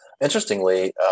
Interestingly